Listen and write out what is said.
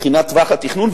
מבחינת טווח התכנון,